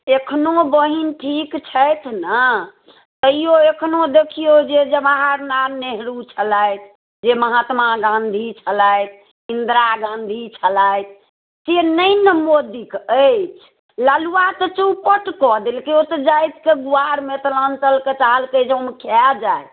एखनो बहिन ठीक छथि ने तैयो एखनो देखिऔ जे जवाहरलाल नेहरू छलथि जे महात्मा गाँधी छलथि ईन्दिरा गाँधी छलथि से नही ने मोदी कऽ अछि ललुआ तऽ चौपट कऽ देलकै ओ तऽ जातिके गुआर मिथिलाञ्चलके चाहलकै जे हम खाए जाय